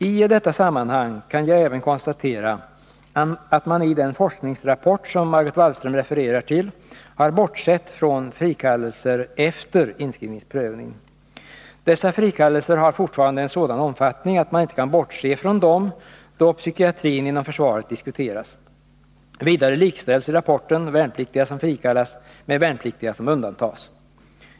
I detta sammanhang kan jag även konstatera att man i den forskningsrapport som Margot Wallström refererar till har bortsett från frikallelser efter inskrivningsprövning. Dessa frikallelser har fortfarande en sådan omfattning att man inte kan bortse från dem då psykiatrin inom försvaret diskuteras. Vidare likställs i rapporten värnpliktiga som frikallas med värnpliktiga som undantas.